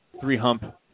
three-hump